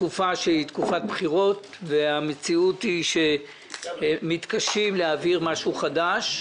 בתקופת בחירות ומתקשים להעביר משהו חדש,